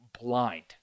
blind